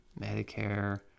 Medicare